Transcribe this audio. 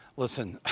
listen,